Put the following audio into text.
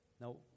Now